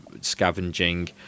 scavenging